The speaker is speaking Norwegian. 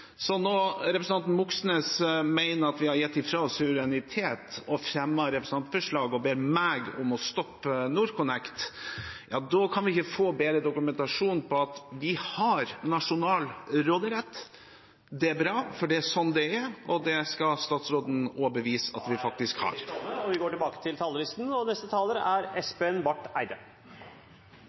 Så når representanten Moxnes mener at vi har gitt fra oss suverenitet og fremmer representantforslag og ber meg om å stoppe NorthConnect, kan vi ikke få bedre dokumentasjon på at vi har nasjonal råderett – det er bra, for det er sånn det er, og det skal statsråden også bevise at vi faktisk har.